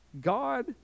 God